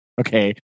Okay